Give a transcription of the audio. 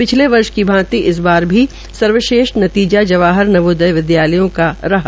पिछले वर्ष की भांति इस बार भी सर्वश्रेष्ठ नजीजा जवाहर नवोदय विद्यालयों का रहा